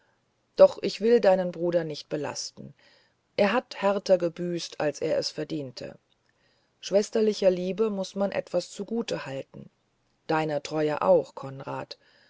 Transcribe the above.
doch ich will deinen bruder nicht belasten er hat härter gebüßt als er es verdiente schwesterlicher liebe muß man etwas zugute halten deiner treue auch konrad